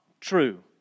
true